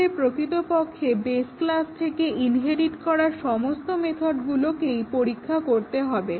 আমাদের প্রকৃতপক্ষে base class থেকে ইনহেরিট হওয়া সমস্ত মেথডগুলোকেই পরীক্ষা করতে হবে